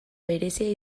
berezia